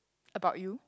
about you